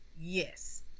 yes